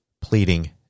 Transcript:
pleading